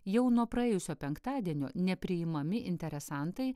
jau nuo praėjusio penktadienio nepriimami interesantai